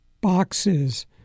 boxes